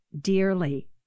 dearly